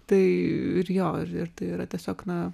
tai ir jo ir ir tai yra tiesiog na